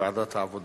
לוועדת העבודה,